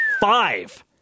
Five